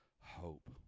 hope